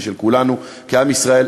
היא של כולנו כעם ישראל,